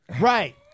right